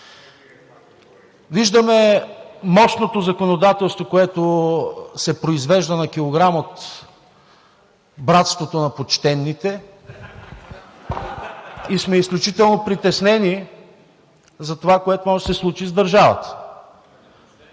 Виждаме мощното законодателство, което се произвежда на килограм от братството на почтените (смях от ГЕРБ-СДС), и сме изключително притеснени за това, което може да се случи с държавата.